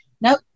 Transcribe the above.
Nope